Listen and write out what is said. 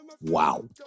Wow